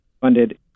funded